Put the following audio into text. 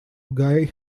guy